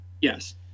Yes